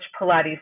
Pilates